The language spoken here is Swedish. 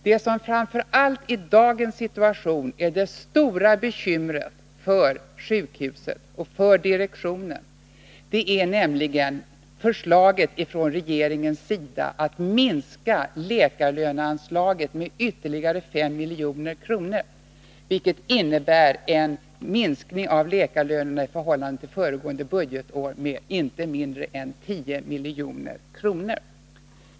Vad som framför allt är det stora bekymret för sjukhuset och dess direktion just nu är nämligen regeringens förslag att minska läkarlöneanslaget med ytterligare 5 milj.kr., vilket innebär en minskning av läkarlönerna i förhållande till föregående budgetår med inte mindre än 10 milj.kr.